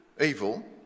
evil